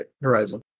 Horizon